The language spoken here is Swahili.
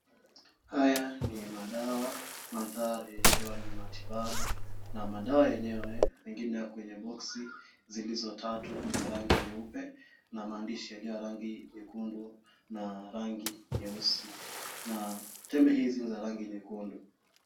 Haya ni madawa mandhari yakiwa ni matibabu na madawa yenyewe mengine yako kwenye boksi zilizo tatu zenye rangi nyeupe na maandishi yaliyo ya rangi nyekundu na rangi nyeusi. Na tembe hizi ni za rangi nyekundu.